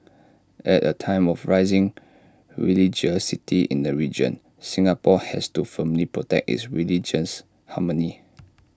at A time of rising religiosity in the region Singapore has to firmly protect its religious harmony